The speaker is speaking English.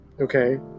okay